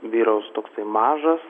vyraus toksai mažas